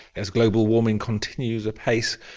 as global warming continues apace,